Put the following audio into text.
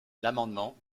l’amendement